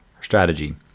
strategy